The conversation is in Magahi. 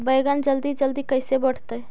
बैगन जल्दी जल्दी कैसे बढ़तै?